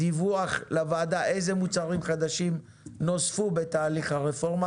דיווח לוועדה איזה מוצרים חדשים נוספו בתהליך הרפורמה,